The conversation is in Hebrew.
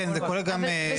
כן, זה כולל גם.